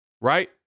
right